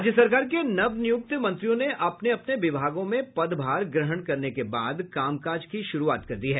राज्य सरकार के नवनियुक्त मंत्रियों ने अपने अपने विभागों में पदभार ग्रहण करने के बाद काम काज की शुरूआत कर दी है